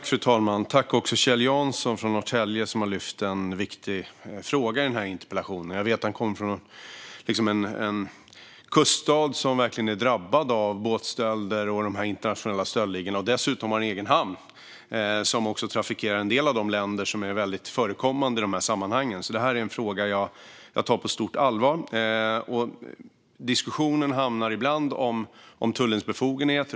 Fru talman! Jag tackar Kjell Jansson från Norrtälje, som har lyft upp en viktig fråga i interpellationen. Jag vet att han kommer från en kuststad som är drabbad av båtstölder och internationella stöldligor och som dessutom har en egen hamn som trafikerar en del av de länder som är vanligt förekommande i dessa sammanhang. Detta är en fråga som jag tar på stort allvar. Diskussionen handlar ibland om tullens befogenheter.